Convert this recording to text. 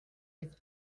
with